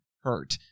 hurt